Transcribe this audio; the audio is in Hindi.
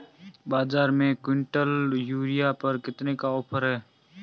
बाज़ार में एक किवंटल यूरिया पर कितने का ऑफ़र है?